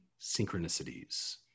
synchronicities